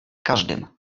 każdym